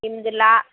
ಇಂದಿಲ್ಲಾ